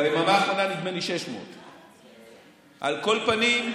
ביממה האחרונה נדמה לי 600. על כל פנים,